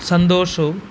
സന്തോഷവും